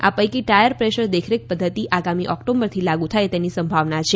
આ પૈકી tyre pressure દેખરેખ પદ્ધતિ આગામી ઓક્ટોબરથી લાગુ થાય તેની સંભાવના છે